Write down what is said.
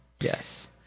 yes